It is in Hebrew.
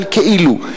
אבל כאילו,